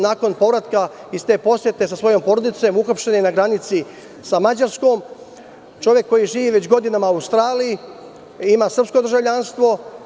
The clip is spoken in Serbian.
Nakon povratka iz te posete sa svojom porodicom, uhapšen je na granici sa Mađarskom, čovek koji živi već godinama u Australiji, ima srpsko državljanstvo.